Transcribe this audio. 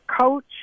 coach